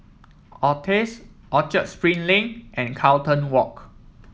Altez Orchard Spring Lane and Carlton Walk